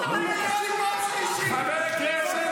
חבר הכנסת